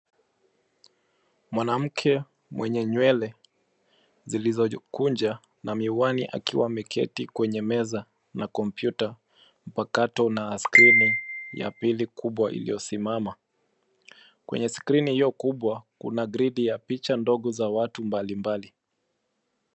Mwanamke mwenye nywele zilizojikunja na miwani akiwa ameketi kwenye meza na kompyuta mpakato na skrini ya pili kubwa iliyosimama. Kwenye skrini hiyo kubwa kuna gredi ya picha ndogo za watu mbalimbali.